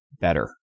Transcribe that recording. better